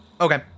Okay